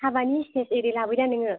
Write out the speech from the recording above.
हाबानि सिथेज इरि लाबोयोदा नोङो